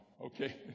Okay